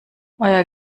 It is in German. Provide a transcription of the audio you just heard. euer